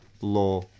law